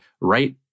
right